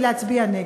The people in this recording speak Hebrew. ולהצביע נגד.